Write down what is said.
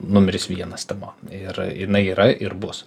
numeris vienas tema ir jinai yra ir bus